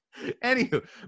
anywho